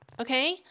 Okay